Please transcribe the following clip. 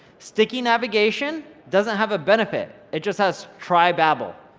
sticky navigation doesn't have a benefit. it just has, try babel.